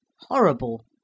Horrible